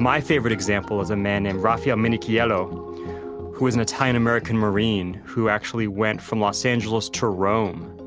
my favorite example was a man named raffaele minichiello who is an italian american marine who actually went from los angeles to rome.